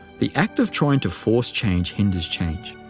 the act of trying to force change hinders change.